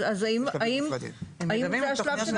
אז האם זה השלב?